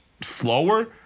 slower